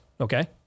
okay